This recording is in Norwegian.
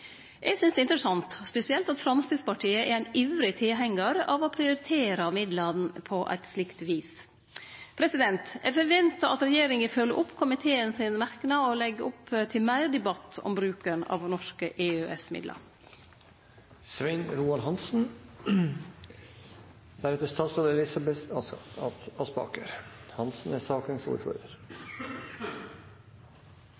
Eg synest det er spesielt interessant at Framstegspartiet er ein ivrig tilhengjar av å prioritere midlane på eit slikt vis. Eg forventar at regjeringa følgjer opp merknaden frå komiteen, og legg opp til meir debatt om bruken av norske